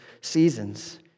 seasons